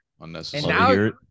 Unnecessary